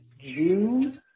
June